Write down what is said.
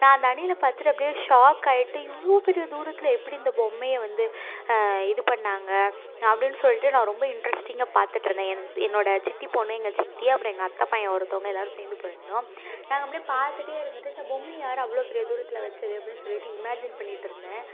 நான் அந்த அணிலை பார்த்துட்டு அப்படியே ஷாக் ஆகிட்டு இவ்வளோ பெரிய தூரத்தில் எப்படி இந்த பொம்மையை வந்து இது பண்ணாங்க அப்படின்னு சொல்லிட்டு நான் ரொம்ப இன்ட்ரஸ்டிங்காக பார்த்துட்டு இருந்தோம் என்னோடய சித்தி பொண்ணு எங்கள் சித்தி அப்புறம் எங்கள் அத்தை பையன் ஒருத்தங்க எல்லாரும் சேர்ந்து போயிருந்தோம் நாங்கள் அப்படியே பார்த்துட்டே இருந்துட்டு இந்த பொம்மையை யார் அவ்வளோ பெரிய தூரத்தில் வைச்சது அப்படின்னு சொல்லிட்டு இமேஜின் பண்ணிட்டு இருந்தேன்